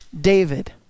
David